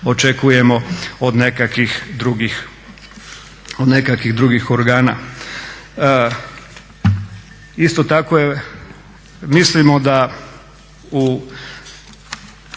očekujemo od nekakvih drugih organa. Isto tako mislimo da u